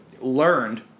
learned